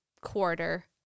quarter